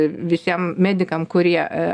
visiem medikam kurie